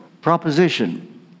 Proposition